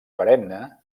perenne